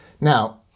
Now